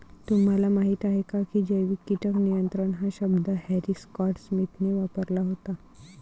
तुम्हाला माहीत आहे का की जैविक कीटक नियंत्रण हा शब्द हॅरी स्कॉट स्मिथने वापरला होता?